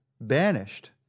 banished